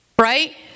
Right